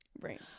right